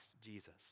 Jesus